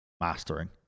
mastering